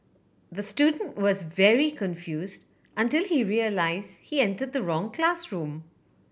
the student was very confused until he realised he entered the wrong classroom